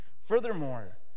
furthermore